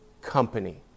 company